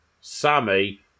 Sammy